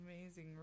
Amazing